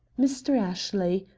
mr. ashley,